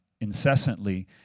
incessantly